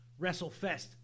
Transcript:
WrestleFest